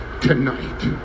tonight